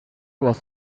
was